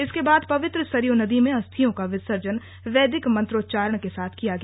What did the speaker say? इसके बाद पवित्र सरयू नदी में अस्थियों का विसर्जन वैदिक मंत्रोच्चारण के साथ किया गया